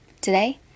Today